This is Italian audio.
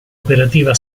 operativa